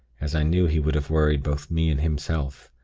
as i knew he would have worried both me and himself,